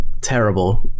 terrible